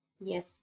Yes